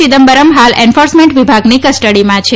ચિદમ્બરમ હાલ એન્ફોર્સમેન્ટ વિભાગની કસ્ટડીમાં છે